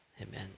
amen